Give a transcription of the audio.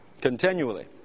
continually